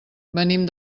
venim